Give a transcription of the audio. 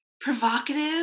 provocative